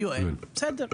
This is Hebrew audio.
בסדר.